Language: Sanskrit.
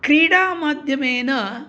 क्रीडामाध्यमेन